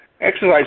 Exercise